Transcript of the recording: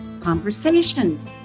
Conversations